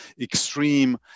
extreme